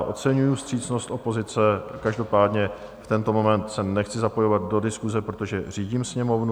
Oceňuji vstřícnost opozice, každopádně v tento moment se nechci zapojovat do diskuse, protože řídím Sněmovnu.